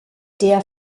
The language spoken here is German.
der